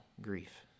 grief